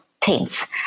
tense